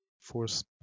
Force